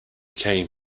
came